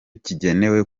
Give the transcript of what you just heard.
gikenewe